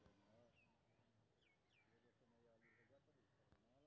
हम केना अलग बैंक लाभार्थी बनब?